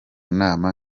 nama